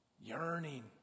yearning